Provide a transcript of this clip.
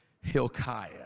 Hilkiah